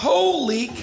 Holy